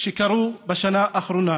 שקרו בשנה האחרונה,